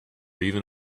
even